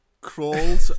crawled